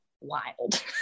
wild